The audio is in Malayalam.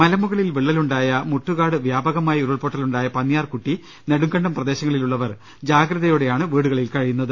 മലമുകളിൽ വിള്ള ലുണ്ടായ മുട്ടുകാട് വ്യാപകമായി ഉരുൾപൊട്ടലുണ്ടായ പന്നിയാർകൂട്ടി നെടുങ്കണ്ടം പ്രദേശങ്ങളിലുള്ളവർ ജാഗ്രതയോടെയാണ് വീടുകളിൽ കഴിയുന്നത്